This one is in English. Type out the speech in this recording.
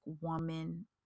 woman